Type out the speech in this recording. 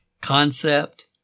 concept